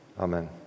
Amen